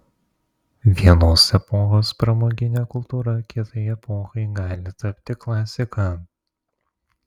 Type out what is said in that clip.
vienos epochos pramoginė kultūra kitai epochai gali tapti klasika